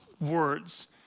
words